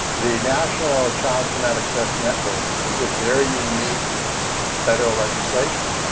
the national child traumatic stress network is a very unique federal legislation.